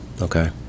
okay